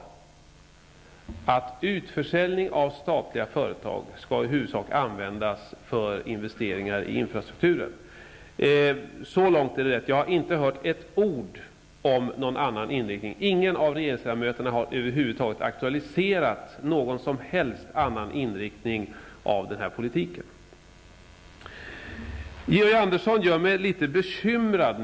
Inkomsterna från utförsäljningen av statliga företag skall huvudsakligen användas till investeringar i infrastrukturen. Så långt är det rätt. Jag har inte hört ett ord om någon annan inriktning. Ingen av regeringsledamöterna har över huvud taget aktualiserat någon som helst annan inrikting när det gäller denna politik. Georg Andersson gör mig litet bekymrad.